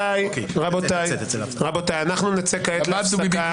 רבותי, אנחנו נצא להפסקה.